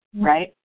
right